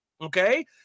okay